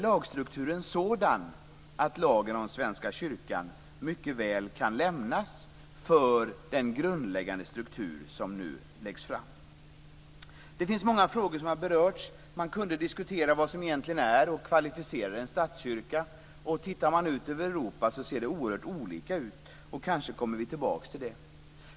Lagstrukturen är sådan att lagen om Svenska kyrkan mycket väl kan lämnas till förmån för den grundläggande struktur som nu läggs fram. Det finns många frågor som berörts. Man kunde diskutera vad som egentligen är och kvalificerar en statskyrka. Ute i Europa ser det oerhört olika ut. Kanske kommer vi tillbaka till det.